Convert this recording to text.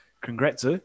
congrats